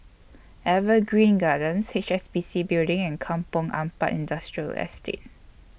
Evergreen Gardens H S B C Building and Kampong Ampat Industrial Estate